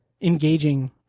engaging